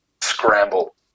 scramble